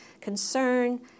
concern